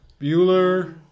Bueller